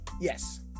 yes